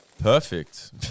Perfect